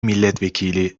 milletvekili